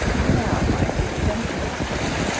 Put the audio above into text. now, my dear, don't be a fool.